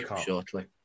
shortly